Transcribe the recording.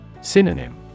Synonym